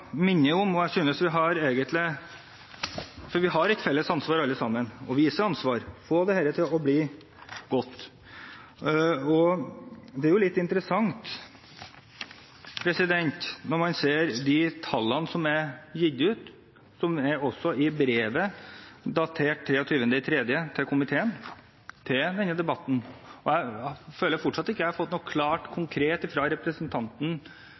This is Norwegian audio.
minne om at vi alle sammen har et felles ansvar for å få dette til å bli godt. Det er litt interessant, når man ser de tallene som er gitt ut, også i brevet til komiteen datert 23. mars, til denne debatten, at jeg fortsatt ikke har fått noe klart og konkret fra representanten